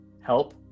help